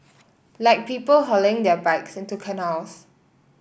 like people hurling their bikes into canals